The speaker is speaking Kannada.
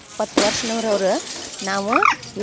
ಎಪ್ಪತ್ತು ವರ್ಷ್ನವ್ರು ಅವ್ರು ನಾವು